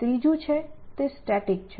ત્રીજું છે તે સ્ટેટિક છે